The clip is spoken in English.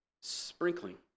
sprinkling